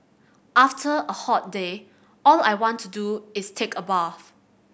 after a hot day all I want to do is take a bath